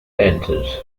dances